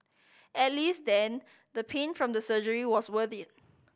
at least then the pain from the surgery was worth it